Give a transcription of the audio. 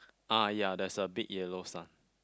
ah ya there's a big yellow sun